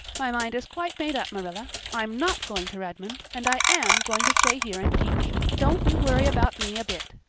my mind is quite made up, marilla. i'm not going to redmond and i am going to stay here and teach. don't you worry about me a bit.